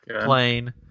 plane